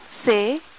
say